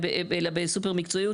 אלא בסופר מקצועיות.